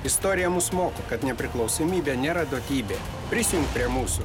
istorija mus moko kad nepriklausomybė nėra duotybė prisijunk prie mūsų